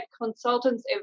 consultants